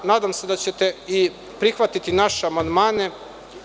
Nadam se da ćete i prihvatiti naše amandmane.